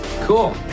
Cool